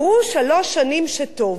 שלוש שנים אמרו שטוב,